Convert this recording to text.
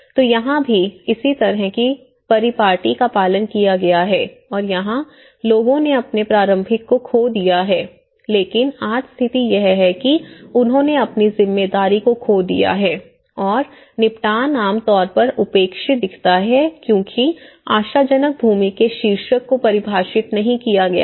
तो यहाँ भी इसी तरह की परिपाटी का पालन किया गया है और यहाँ लोगों ने अपने प्रारंभिक को खो दिया है लेकिन आज स्थिति यह है कि उन्होंने अपनी जिम्मेदारी को खो दिया है और निपटान आमतौर पर उपेक्षित दिखता है क्योंकि आशाजनक भूमि के शीर्षक को परिभाषित नहीं किया गया है